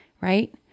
right